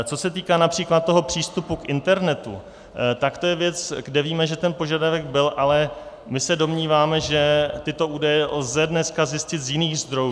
Co se týká např. toho přístupu k internetu, tak to je věc, kde víme, že ten požadavek byl, ale my se domníváme, že tyto údaje lze dneska zjistit z jiných zdrojů.